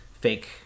fake